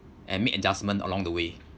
and make adjustment along the way